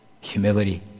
humility